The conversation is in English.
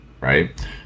right